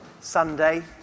Sunday